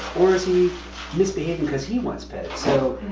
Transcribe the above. or is he misbehaving because he wants petted? so,